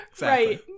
Right